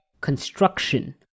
construction